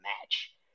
match